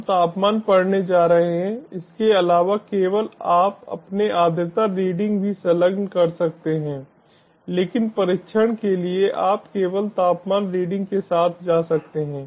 हम तापमान पढ़ने जा रहे हैं इसके अलावा केवल आप अपने आर्द्रता रीडिंग भी संलग्न कर सकते हैं लेकिन परीक्षण के लिए आप केवल तापमान रीडिंग के साथ जा सकते हैं